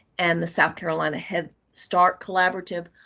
and the south carolina head start collaborative,